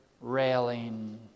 railing